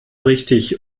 richtig